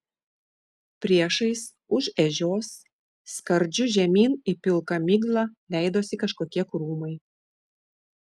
priešais už ežios skardžiu žemyn į pilką miglą leidosi kažkokie krūmai